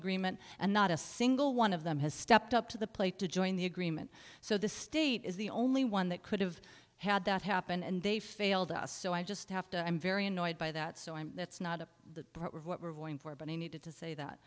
agreement and not a single one of them has stepped up to the plate to join the agreement so the state is the only one that could have had that happen and they failed us so i just have to i'm very annoyed by that so i'm that's not the what we're going for but i needed to say that